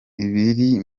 ibiri